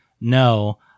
No